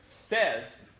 says